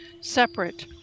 separate